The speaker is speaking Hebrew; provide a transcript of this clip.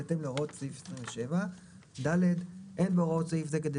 בהתאם להוראות סעיף 27. (ד) אין בהוראות סעיף זה כדי